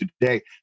today